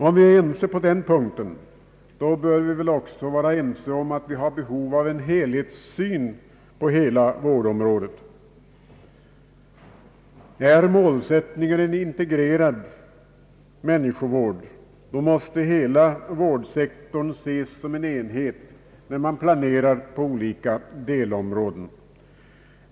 Om vi är ense på den punkten, bör vi väl också vara ense om att vi behöver en helhetssyn på vårdområdet. Är målsättningen en integrerad människovård, måste hela vårdsektorn ses som en enhet när man planerar på olika delområden.